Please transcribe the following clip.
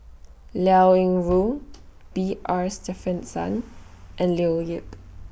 Liao Yingru B R Sreenivasan and Leo Yip